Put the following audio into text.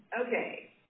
Okay